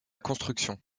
construction